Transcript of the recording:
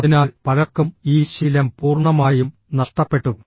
അതിനാൽ പലർക്കും ഈ ശീലം പൂർണ്ണമായും നഷ്ടപ്പെട്ടു